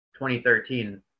2013